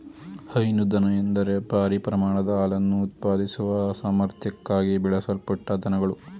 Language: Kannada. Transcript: ಹೈನು ದನ ಎಂದರೆ ಭಾರೀ ಪ್ರಮಾಣದ ಹಾಲನ್ನು ಉತ್ಪಾದಿಸುವ ಸಾಮರ್ಥ್ಯಕ್ಕಾಗಿ ಬೆಳೆಸಲ್ಪಟ್ಟ ದನಗಳು